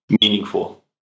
meaningful